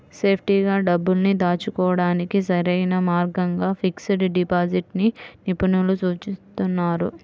సేఫ్టీగా డబ్బుల్ని దాచుకోడానికి సరైన మార్గంగా ఫిక్స్డ్ డిపాజిట్ ని నిపుణులు సూచిస్తున్నారు